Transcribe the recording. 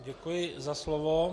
Děkuji za slovo.